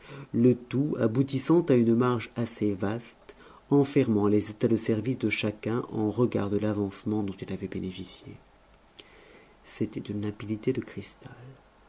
le tout aboutissant à une marge assez vaste enfermant les états de service de chacun en regard de l'avancement dont il avait bénéficié c'était d'une limpidité de cristal